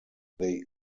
they